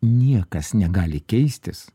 niekas negali keistis